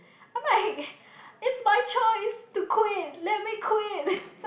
I mean like it's my choice to quit let me quit